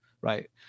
Right